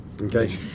okay